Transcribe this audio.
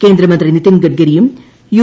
കേന്ദ്രമന്ത്രി നിതിൻ ഗഡ്കരിയും യു